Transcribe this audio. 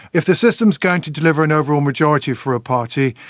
if the system is going to deliver an overall majority for a party,